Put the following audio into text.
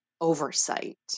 oversight